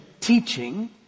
teaching